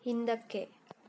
ಹಿಂದಕ್ಕೆ